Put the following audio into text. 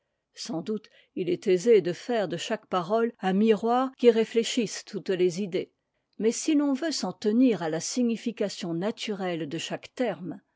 sans doute il est aisé de faire de chaque parole un miroir qui réfléchisse toutes les idées mais si l'on veut s'en tenir à la signification naturelle de chaque terme